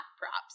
props